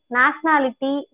nationality